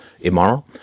immoral